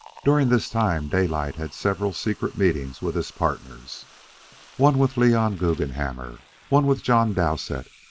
during this time daylight had several secret meetings with his partners one with leon guggenhammer, one with john dowsett,